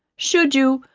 should you,